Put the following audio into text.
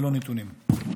אלו הנתונים.